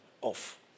off